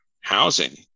housing